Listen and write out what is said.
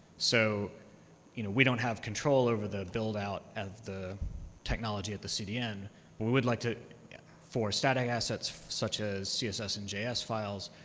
so you know we don't have control over the buildout of the technology at the cdn, but we would like to yeah for static assets such as css and js files,